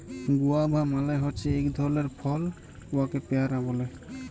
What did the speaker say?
guava মালে হছে ইক ধরলের ফল উয়াকে পেয়ারা ব্যলে